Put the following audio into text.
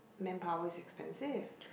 manpower is expensive